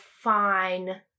fine